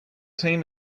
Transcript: team